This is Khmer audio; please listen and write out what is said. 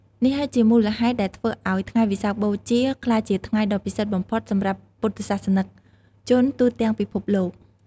នេះហើយជាមូលហេតុដែលធ្វើឱ្យថ្ងៃវិសាខបូជាក្លាយជាថ្ងៃដ៏ពិសិដ្ឋបំផុតសម្រាប់ពុទ្ធសាសនិកជនទូទាំងពិភពលោក។